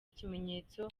ikimenyetso